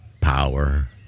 power